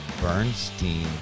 Bernstein